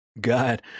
God